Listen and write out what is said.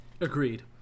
Agreed